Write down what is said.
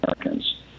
Americans